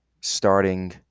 starting